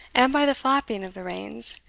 and by the flapping of the reins,